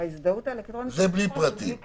ההזדהות האלקטרונית היא בלי כרטיס.